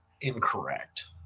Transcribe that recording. incorrect